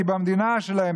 כי במדינה שלהם,